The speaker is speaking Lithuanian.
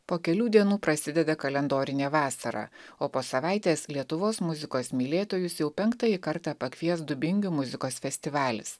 po kelių dienų prasideda kalendorinė vasara o po savaitės lietuvos muzikos mylėtojus jau penktąjį kartą pakvies dubingių muzikos festivalis